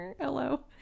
hello